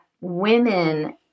women